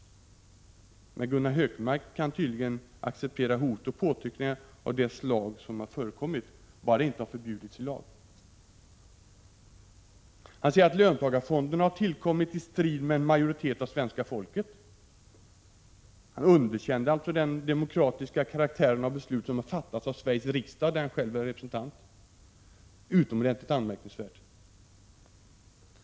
Men Gunnar Hökmark kan tydligen acceptera hot och påtryckningar av det slag som har förekommit, bara de inte har förbjudits i lag. Gunnar Hökmark säger vidare i artikeln att löntagarfonderna har tillkom = Prot. 1986/87:86 mit i strid med en majoritet av svenska folket. Han underkänner alltså den — 13 mars 1987 demokratiska karaktären av beslut som har fattats av Sveriges riksdag, där han själv är representant. Det är utomordentligt anmärkningsvärt.